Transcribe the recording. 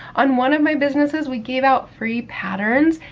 on one of my businesses, we gave out free patterns,